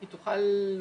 היא תוכל לומר,